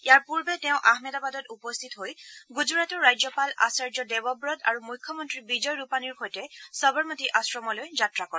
ইয়াৰ পূৰ্বে তেওঁ আহমেদাবাদত উপস্থিত হৈ গুজৰাটৰ ৰাজ্যপাল আচাৰ্য দেৱৱত আৰু মুখ্যমন্ত্ৰী বিজয় ৰূপানীৰ সৈতে সবৰমতী আশ্ৰমলৈ যাত্ৰা কৰে